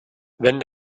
wenn